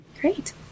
Great